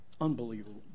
Unbelievable